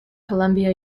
columbia